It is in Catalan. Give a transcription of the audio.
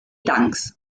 tancs